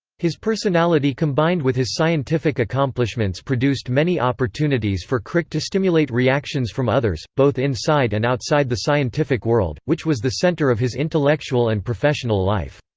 his personality combined with his scientific accomplishments produced many opportunities for crick to stimulate reactions from others, both inside and outside the scientific world, which was the centre of his intellectual and professional life.